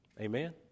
Amen